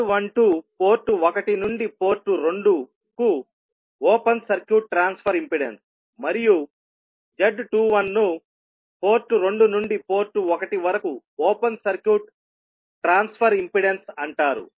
z12 port 1 నుండి port 2 కు open circuit transfer impedance మరియు z21 ను పోర్ట్ 2 నుండి పోర్ట్ 1 వరకు ఓపెన్ సర్క్యూట్ ట్రాన్స్ఫర్ ఇంపెడెన్స్ అంటారు